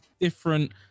different